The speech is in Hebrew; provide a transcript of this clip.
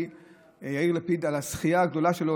יאיר לפיד על הזכייה הגדולה שלו,